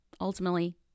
ultimately